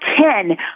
ten